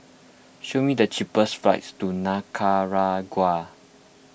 show me the cheapest flights to Nicaragua